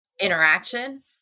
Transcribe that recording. interaction